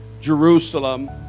Jerusalem